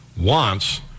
wants